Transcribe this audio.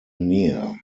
near